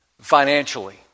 financially